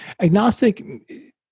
Agnostic